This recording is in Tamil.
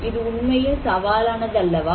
இது உண்மையில் சவாலானது அல்லவா